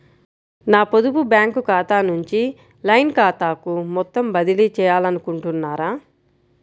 నా పొదుపు బ్యాంకు ఖాతా నుంచి లైన్ ఖాతాకు మొత్తం బదిలీ చేయాలనుకుంటున్నారా?